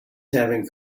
having